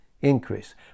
increase